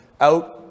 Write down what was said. out